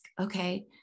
okay